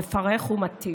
מפרך ומתיש.